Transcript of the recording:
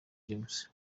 james